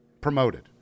promoted